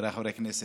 חבריי חברי הכנסת,